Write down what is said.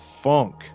funk